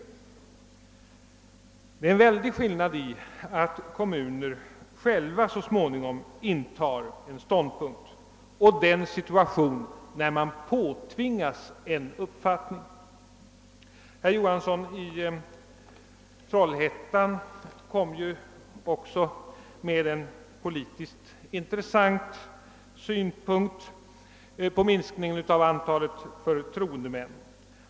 Det är stor skillnad mellan att kommuner själva så småningom intar en ståndpunkt och en situation där man påtvingas en uppfattning. Herr Johansson i Trollhättan framförde ju också en politiskt intressant synpunkt på minskningen av antalet förtroendemän.